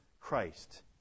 Christ